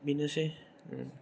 बेनोसै